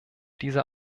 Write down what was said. diese